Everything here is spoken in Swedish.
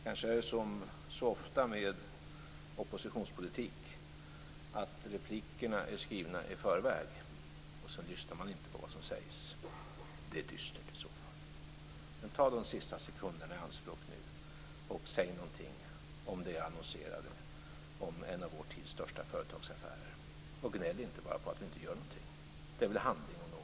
Kanske är det som så ofta med oppositionspolitik, att replikerna är skrivna i förväg, och man lyssnar inte på vad som sägs. Det är dystert i så fall. Men ta de sista sekunderna i anspråk nu, och säg någonting om det jag annonserade om en av vår tids största företagsaffärer, och gnäll inte bara på att vi inte gör någonting. Det är väl handling om något!